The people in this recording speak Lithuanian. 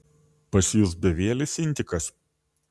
pas jus bevielis intikas